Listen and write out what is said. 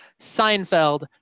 Seinfeld